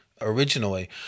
originally